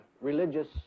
religious